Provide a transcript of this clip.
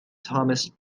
thomas